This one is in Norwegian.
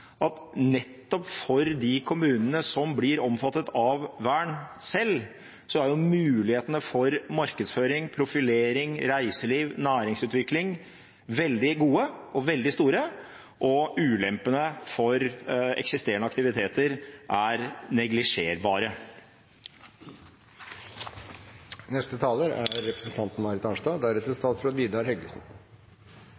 at nettopp for de kommunene som blir omfattet av vern selv, er mulighetene for markedsføring, profilering, reiseliv, næringsutvikling veldig gode og veldig store, og ulempene for eksisterende aktiviteter er neglisjerbare.